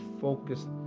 focused